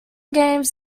games